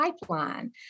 pipeline